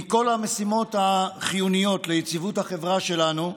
מכל המשימות החיוניות ליציבות החברה שלנו,